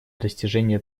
достижения